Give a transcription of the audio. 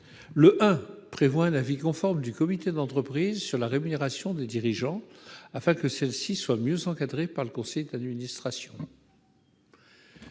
tend à prévoir un avis conforme du comité d'entreprise sur la rémunération des dirigeants, afin que celle-ci soit mieux encadrée par le conseil d'administration.